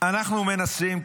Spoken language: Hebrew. אנחנו מנסים,